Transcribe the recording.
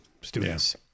students